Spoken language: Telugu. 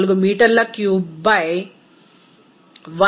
4 మీటర్ల క్యూబ్ బై 1 కిలోమోల్ అని చెప్పగలం